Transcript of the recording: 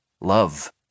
love